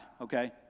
okay